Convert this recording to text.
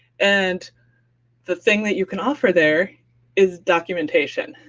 and the thing that you can offer there is documentation,